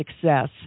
success